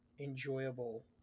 enjoyable